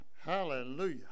Hallelujah